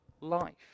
life